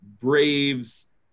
braves